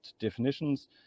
definitions